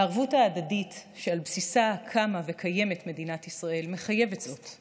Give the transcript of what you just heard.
הערבות ההדדית שעל בסיסה קמה וקיימת מדינת ישראל מחייבת זאת.